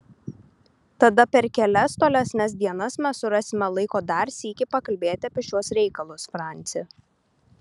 tada per kelias tolesnes dienas mes surasime laiko dar sykį pakalbėti apie šiuos reikalus franci